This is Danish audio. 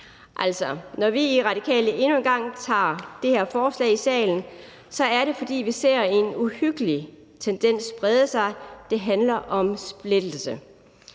en gang tager det her forslag i salen, er det, fordi vi ser en uhyggelig tendens brede sig. Det handler om splittelse.